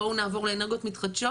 בואו נעבור לאנרגיות מתחדשות',